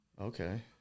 Okay